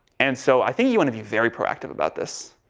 and so i think you want to be very proactive about this.